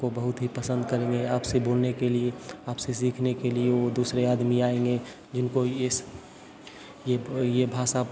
आपको बहुत ही पसंद करेंगे आपसे बोलने के लिए आपसे सीखने के लिए वो दूसरे आदमी आऍंगे जिनको यह यह यह भाषा